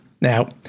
Now